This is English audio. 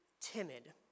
timid